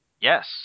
Yes